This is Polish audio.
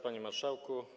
Panie Marszałku!